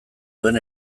duen